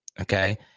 Okay